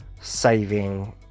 saving